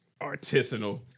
Artisanal